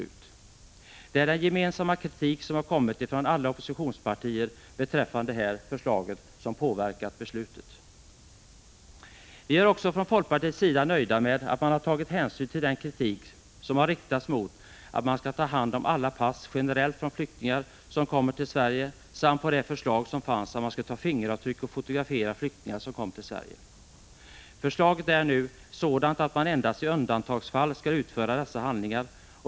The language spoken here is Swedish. Det är den gemensamma kritik som har kommit från alla oppositionspartier beträffande det här förslaget som påverkat beslutsgången. Vi är också från folkpartiets sida nöjda med att utskottet har tagit hänsyn till den kritik som har riktats mot att man generellt skall ta hand om alla pass från flyktingar som kommer till Sverige samt till den kritik som har riktats mot förslaget att man skulle ta fingeravtryck och fotografera flyktingar som kommer till Sverige. Förslaget är nu utformat på ett sådant sätt att man endast i undantagsfall skall utföra dessa handlingar.